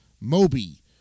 Moby